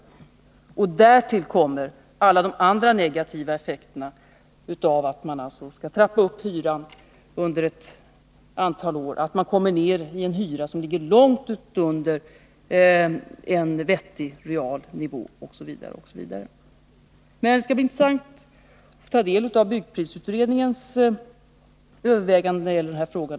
Till detta kommer alla de andra negativa effekterna av att man trappar ned hyran under ett antal år, så att den pressas ned långt under en vettig real nivå, osv. Men det skall bli intressant att ta del av byggprisutredningens överväganden när det gäller denna fråga.